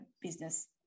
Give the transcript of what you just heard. business